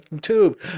tube